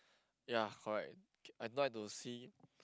ya correct I like to see